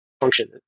function